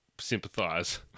sympathise